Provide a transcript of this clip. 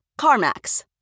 CarMax